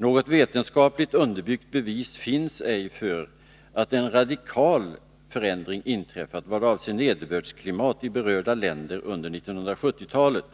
Något vetenskapligt underbyggt bevis finns ej för att en radikal förändring inträffat vad avser nederbördsklimat i berörda länder under 1970-talet.